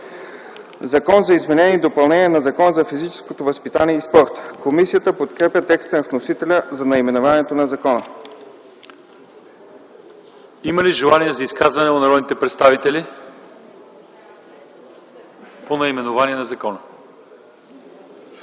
„Закон за изменение и допълнение на Закона за физическото възпитание и спорта”. Комисията подкрепя текста на вносителя за наименованието на закона. ПРЕДСЕДАТЕЛ ЛЪЧЕЗАР ИВАНОВ: Има ли желания за изказвания от народните представители по наименованието на закона?